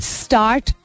start